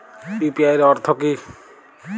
UPI এর অর্থ কি?